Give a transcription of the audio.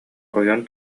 ойон